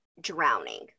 drowning